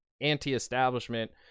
anti-establishment